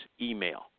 email